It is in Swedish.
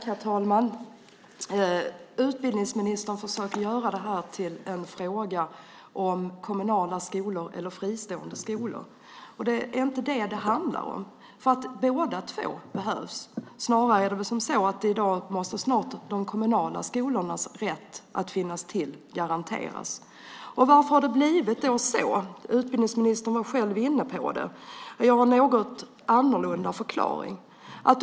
Herr talman! Utbildningsministern försöker göra detta till en fråga om man ska ha kommunala skolor eller fristående skolor. Det är inte det som det handlar om. Båda två behövs. Snarare är det väl som så att det i dag är de kommunala skolornas rätt att finnas till som måste garanteras. Varför har det då blivit så? Utbildningsministern var själv inne på det. Jag har en något annorlunda förklaring.